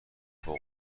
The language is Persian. فوق